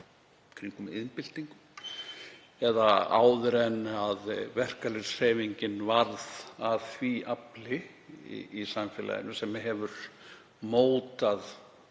kringum iðnbyltingu eða áður en verkalýðshreyfingin varð að því afli í samfélaginu sem mótað